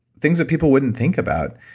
things that people wouldn't think about,